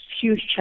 huge